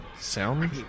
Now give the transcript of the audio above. sound